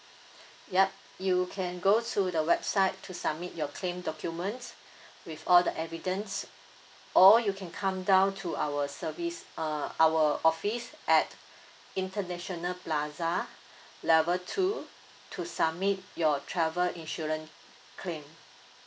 yup you can go to the website to submit your claim documents with all the evidence or you can come down to our service uh our office at international plaza level two to submit your travel insurance claim